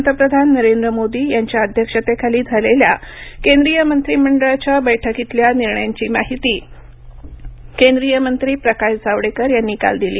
पंतप्रधान नरेंद्र मोदी यांच्या अध्यक्षतेखाली झालेल्या केंद्रीय मंत्रीमंडळाच्या बैठकीतल्या निर्णयांची माहिती केंद्रीय मंत्री प्रकाश जावडेकर यांनी काल दिली